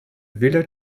village